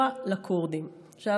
עכשיו,